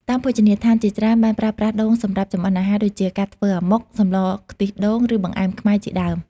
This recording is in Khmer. តាមភោជនីយដ្ឋានជាច្រើនបានប្រើប្រាស់ដូងសម្រាប់ចម្អិនអាហារដូចជា ការធ្វើអាម៉ុក សម្លរខ្ទិះដូង ឬបង្អែមខ្មែរជាដើម។